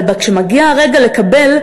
אבל כשמגיע הרגע לקבל,